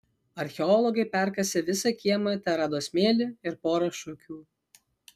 archeologai perkasę visą kiemą terado smėlį ir porą šukių